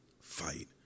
fight